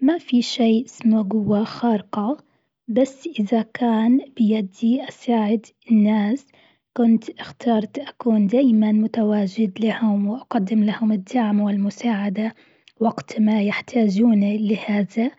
ما في شيء اسمه قوة خارقة، بس إذا كان بدي أساعد الناس كنت اخترت أكون دايما متواجد لهم وأقدم لهم الدعم والمساعدة وقت ما يحتاجون لهذا،